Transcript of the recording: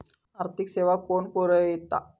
आर्थिक सेवा कोण पुरयता?